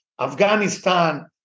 Afghanistan